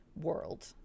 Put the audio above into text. world